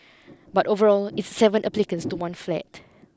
but overall it's seven applicants to one flat